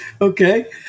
Okay